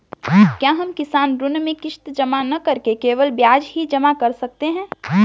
क्या हम किसान ऋण में किश्त जमा न करके केवल ब्याज ही जमा कर सकते हैं?